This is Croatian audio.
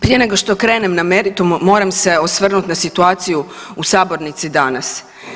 Prije nego što krenem na meritum moram se osvrnuti na situaciju u sabornici danas.